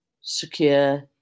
secure